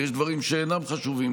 ויש דברים שאינם חשובים,